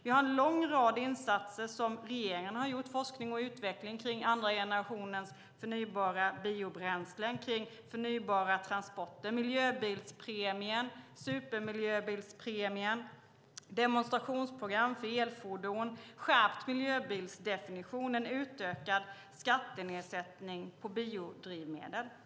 Regeringen har gjort en lång rad insatser: forskning och utveckling kring andra generationens förnybara biobränslen, kring förnybara transporter, miljöbilspremien, supermiljöbilspremien, demonstrationsprogram för elfordon, skärpt miljöbilsdefinition och utökad skattenedsättning på biodrivmedel.